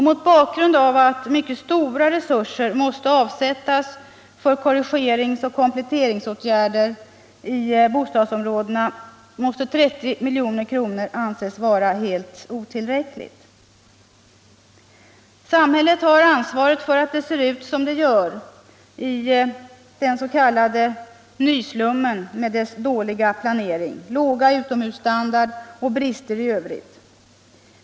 Mot bakgrund av att mycket stora resurser måste avsättas för korrigeringsoch kompletteringsåtgärder i bostadsområdena måste 30 milj.kr. anses vara helt otillräckligt. Samhället har ansvaret för att det ser ut som det gör i den s.k. nyslummen med dess dåliga planering, låga utomhusstandard och brister i övrigt.